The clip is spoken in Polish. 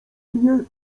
mnie